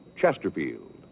Chesterfield